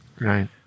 Right